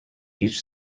each